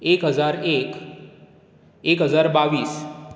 एक हजार एक एक हजार बावीस